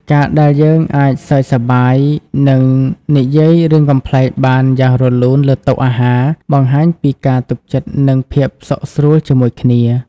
ការដែលយើងអាចសើចសប្បាយ និងនិយាយរឿងកំប្លែងបានយ៉ាងរលូនលើតុអាហារ បង្ហាញពីការទុកចិត្ត និងភាពសុខស្រួលជាមួយគ្នា។